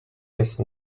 use